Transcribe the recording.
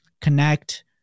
connect